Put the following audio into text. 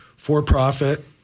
for-profit